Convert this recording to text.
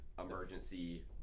emergency